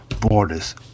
borders